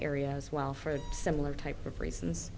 area as well for similar type of reasons